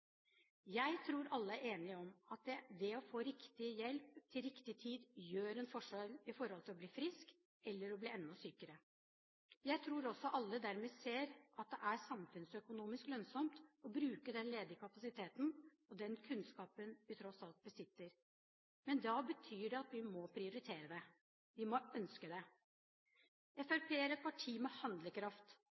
Jeg tror alle er enige om at det å få riktig hjelp til riktig tid gjør en forskjell med hensyn til å bli frisk eller å bli enda sykere. Jeg tror også alle dermed ser at det er samfunnsøkonomisk lønnsomt å bruke den ledige kapasiteten og den kunnskapen vi tross alt besitter. Men da betyr det at vi må prioritere det, vi må ønske det. Fremskrittspartiet er et parti med handlekraft.